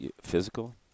physical